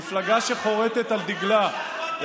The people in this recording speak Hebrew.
מפלגה שחורתת על דגלה,